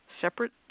separate